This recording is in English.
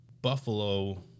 Buffalo